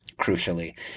crucially